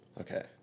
okay